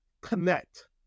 connect